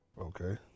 Okay